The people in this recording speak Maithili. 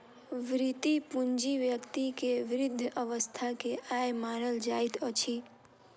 वृति पूंजी व्यक्ति के वृद्ध अवस्था के आय मानल जाइत अछि